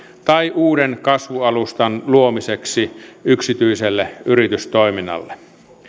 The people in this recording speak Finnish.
tai uuden kasvualustan luomiseksi yksityiselle yritystoiminnalle